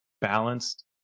balanced